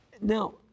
Now